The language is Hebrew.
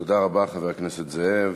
תודה רבה, חבר הכנסת זאב.